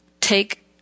take